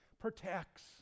protects